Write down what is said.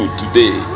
today